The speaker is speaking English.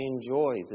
enjoy